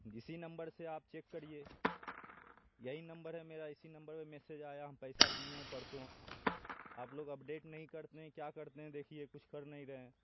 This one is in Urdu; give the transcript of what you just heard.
جسی نمبر سے آپ چیک کریے یہی نمبر ہے میرا اسی نمبر پہ میسج آیا ہم پیسہ دیے ہیں پرسوں آپ لوگ اپ ڈیٹ نہیں کرتے ہیں کیا کرتے ہیں دیکھیے کچھ کر نہیں رہے ہیں